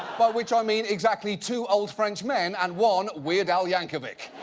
by which i mean exactly two old french men and one weird al yankovic.